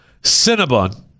Cinnabon